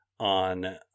On